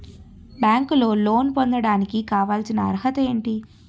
బ్యాంకులో లోన్ పొందడానికి కావాల్సిన అర్హత ఏంటి?